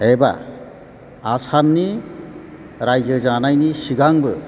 एबा आसामनि रायजो जानायनि सिगांबो